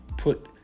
put